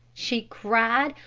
she cried,